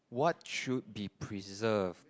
what should be preserved